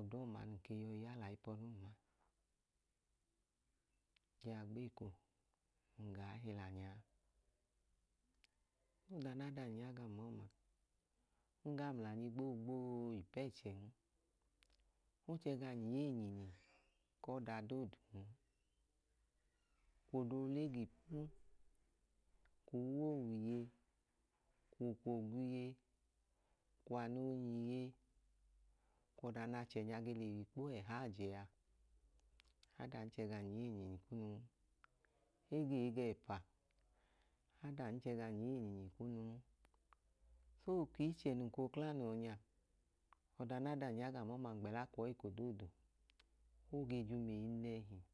ọda ọma num ke yọi ya lẹ ayipẹ ọlẹ um a, jaa gbeko num gaa hila liya a. Ọda nẹ adam ya gam ọma, ng gaa mlanyi gbogboo ipu ẹchẹn. O chẹ gamy a eyinyinyi ku ọda doodun. Kwu ọda oole ga ipu, kwu uw owiye, ukwọ ogwiye, kwu anọ onya iye, ọda nẹ achẹnya ge le wu ikpo ẹhajẹ a, adam i chẹ gam ya eyinyinyi kunun. Ego ee, ego ẹpa, adam i chẹ gamy a eyinyinyi kunun. Oo kwu ichẹ num kook la noo yọ nya, ọda nẹ adam ya gam ọma, ng gbẹla kwu ọọ, o ge jum eyi nẹẹnẹhi.